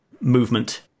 movement